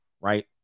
right